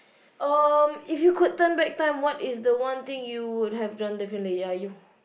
um if you could turn back time what is the one thing you would have done differently ya you